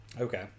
Okay